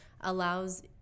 allows